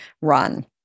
run